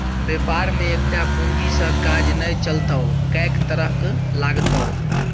बेपार मे एकटा पूंजी सँ काज नै चलतौ कैक तरहक लागतौ